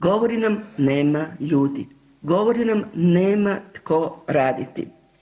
Govori nam nema ljudi, govori nam nema tko raditi.